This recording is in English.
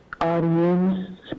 audience